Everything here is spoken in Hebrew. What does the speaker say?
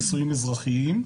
נישואים אזרחיים.